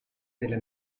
della